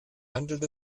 handelt